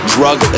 Drug